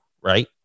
right